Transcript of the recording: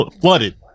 flooded